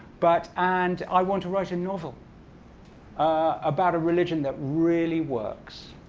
but and i want to write a novel about a religion that really works,